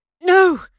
No